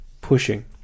pushing